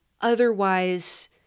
otherwise